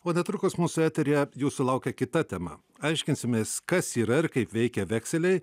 o netrukus mūsų eteryje jūsų laukia kita tema aiškinsimės kas yra ir kaip veikia vekseliai